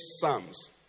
Psalms